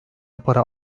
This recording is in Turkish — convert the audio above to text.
para